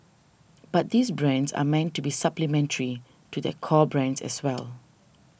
but these brands are meant to be supplementary to their core brands as well